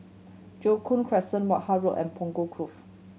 Joo Koon Crescent Wishart Road and Punggol Cove